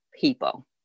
people